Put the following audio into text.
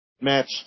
match